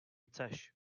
chceš